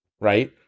right